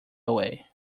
away